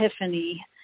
epiphany